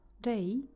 day